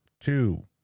two